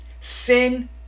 Sin